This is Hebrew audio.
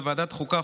בוועדת החוקה,